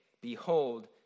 Behold